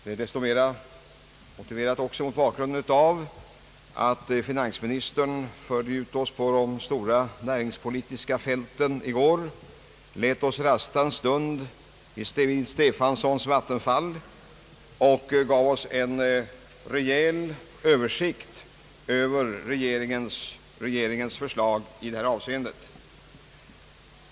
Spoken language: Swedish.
Det är desto mera motiverat mot bakgrunden av att finansministern förde ut oss på de stora näringspolitiska fälten i går, lät oss rasta en stund vid Stefansons vattenfall och gav oss en rejäl översikt över regeringens förslag i detta avseende.